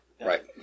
Right